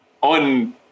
on